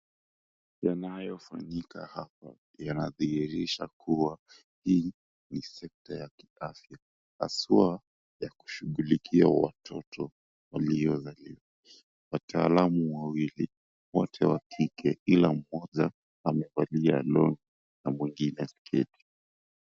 Yanayofanyika hapa yanadhihirisha kuwa hii ni sekta ya kiafya haswa ya kushughulikia watoto waliozaliwa. Wataalamu wawili, wote wa kike ila mmoja amevalia long na mwingine sketi.